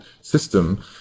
system